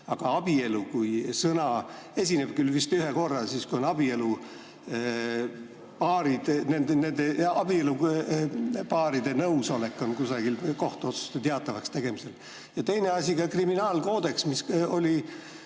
Aga "abielu" kui sõna esineb küll vist ühe korra, siis kui on abielupaaride nõusolek kusagil kohtuotsuse teatavaks tegemisel. Ja teine asi: kriminaalkoodeks, mis tegi